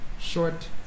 short